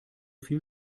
viel